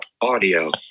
audio